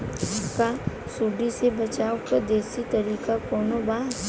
का सूंडी से बचाव क देशी तरीका कवनो बा?